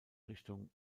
richtung